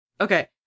Okay